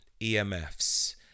EMFs